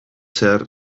zehar